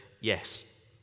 yes